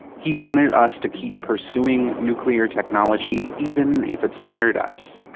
he wanted us to keep pursuing nuclear technology, even if it scared us,